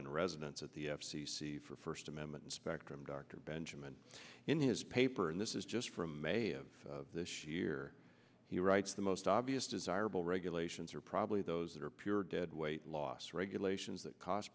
in residence at the f c c for first amendment spectrum dr benjamin in his paper and this is just from may of this year he writes the most obvious desirable regulations are probably those that are pure deadweight loss regulations that cost